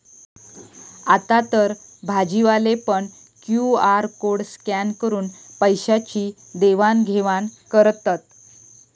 आतातर भाजीवाले पण क्यु.आर कोड स्कॅन करून पैशाची देवाण घेवाण करतत